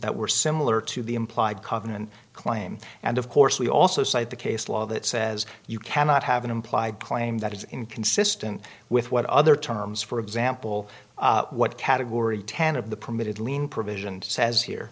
were similar to the implied covenant claim and of course we also cite the case law that says you cannot have an implied claim that is inconsistent with what other terms for example what category ten of the permitted lien provision says here